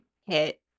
hit